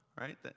Right